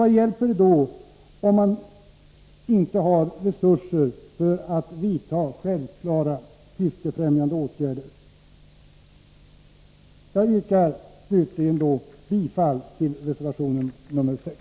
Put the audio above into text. Vad hjälper det då, om man inte har resurser för att vidta självklara fiskefrämjande åtgärder? Jag yrkar slutligen bifall till reservation 6.